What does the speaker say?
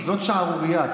זאת שערורייה.